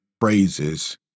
phrases